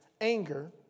anger